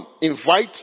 invite